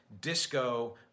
disco